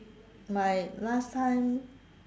my last time